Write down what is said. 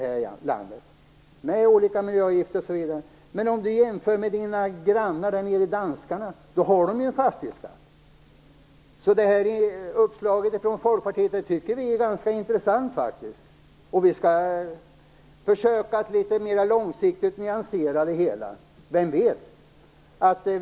Det handlar om olika miljöavgifter osv. Men Ingvar Eriksson kan jämföra med sina grannar danskarna. De har ju en fastighetsskatt. Uppslaget från Folkpartiet tycker vi faktiskt är ganska intressant. Vi skall försöka nyansera det hela litet mer långsiktigt.